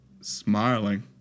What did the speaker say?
smiling